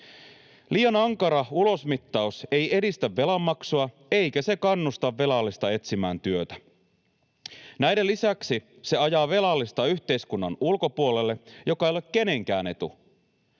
Liian ankara ulosmittaus ei edistä velanmaksua, eikä se kannusta velallista etsimään työtä. Näiden lisäksi se ajaa velallista yhteiskunnan ulkopuolelle, mikä ei ole kenenkään etu.